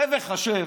צא וחשב: